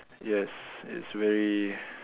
yes it's very